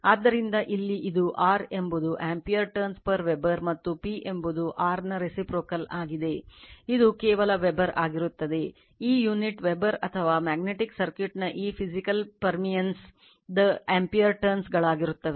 ಆದ್ದರಿಂದ ಇಲ್ಲಿ ಅದು R ಎಂಬುದು ampere turns per Weber ಮತ್ತು P ಎಂಬುದು R ನ reciprocal ಆಗಿದೆ ಇದು ಕೇವಲ ವೆಬರ್ ಆಗಿರುತ್ತದೆ ಈ unit ವೆಬರ್ ಅಥವಾ ಮ್ಯಾಗ್ನೆಟಿಕ್ ಸರ್ಕ್ಯೂಟ್ನ ಈ physical permeance ದ ampere turns ಗಳಾಗಿರುತ್ತದೆ